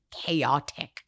chaotic